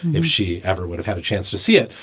if she ever would have had a chance to see it.